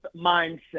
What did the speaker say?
mindset